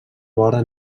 vora